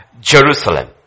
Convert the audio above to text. Jerusalem